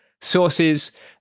sources